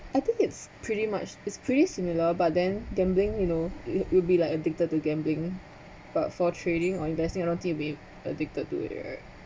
I think it's pretty much it's pretty similar but then gambling you know it will be like addicted to gambling but for trading or investing I don't think you will be addicted to it right